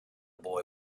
boy